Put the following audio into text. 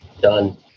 done